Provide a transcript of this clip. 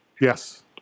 Yes